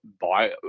buy